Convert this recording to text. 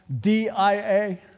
DIA